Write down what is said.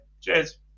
cheers